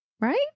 Right